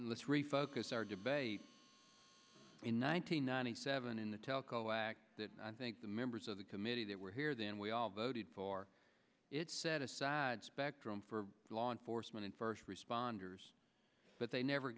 let's refocus our debate in nine hundred ninety seven in the telco act i think the members of the committee that were here then we all voted for it set aside spectrum for law enforcement and first responders but they never